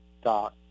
stock